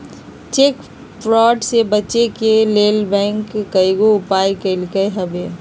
cheque fraud से बचे के लेल बैंकों कयगो उपाय कलकइ हबे